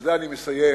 ובזה אני מסיים